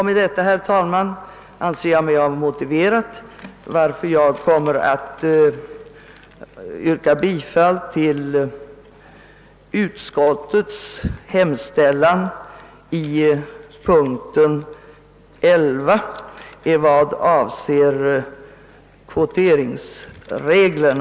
Med detta, herr talman, anser jag mig ha motiverat varför jag kommer att yrka bifall till utskottets hemställan vid punkten 11 i vad avser kvoteringsreglerna.